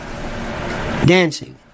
Dancing